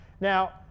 Now